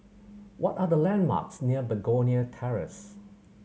what are the landmarks near Begonia Terrace